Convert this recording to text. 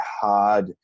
hard